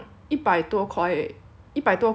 then hor 我们租那个 Airbnb